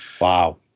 Wow